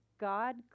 God